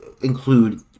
include